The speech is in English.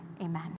amen